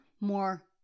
more